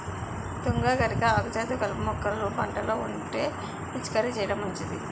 తుంగ, గరిక, ఆకుజాతి కలుపు మొక్కలు పంటలో ఉంటే పిచికారీ చేయడం మంచిది